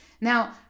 Now